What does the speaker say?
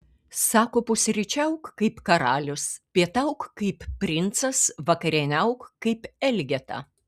sako pusryčiauk kaip karalius pietauk kaip princas vakarieniauk kaip elgeta